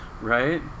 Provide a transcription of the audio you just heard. Right